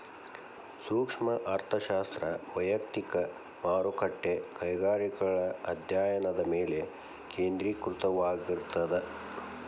ಸೂಕ್ಷ್ಮ ಅರ್ಥಶಾಸ್ತ್ರ ವಯಕ್ತಿಕ ಮಾರುಕಟ್ಟೆ ಕೈಗಾರಿಕೆಗಳ ಅಧ್ಯಾಯನದ ಮೇಲೆ ಕೇಂದ್ರೇಕೃತವಾಗಿರ್ತದ